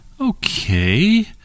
Okay